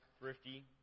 thrifty